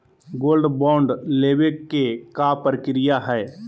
Gold bond लेवे के का प्रक्रिया हई?